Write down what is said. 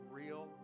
real